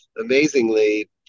amazingly